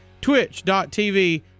twitch.tv